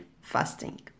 fasting